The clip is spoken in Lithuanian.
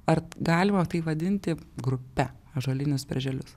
ar galima tai vadinti grupe ąžuolynius berželius